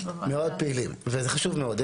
מאוד פעילים, וזה חשוב מאוד.